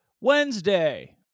Wednesday